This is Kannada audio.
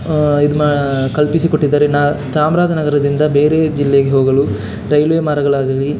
ಇದು ಮಾ ಕಲ್ಪಿಸಿ ಕೊಟ್ಟಿದ್ದಾರೆ ನಾ ಚಾಮರಾಜನಗರದಿಂದ ಬೇರೆ ಜಿಲ್ಲೆಗೆ ಹೋಗಲು ರೈಲ್ವೇ ಮಾರ್ಗಗಳಾಗಲಿ